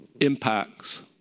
impacts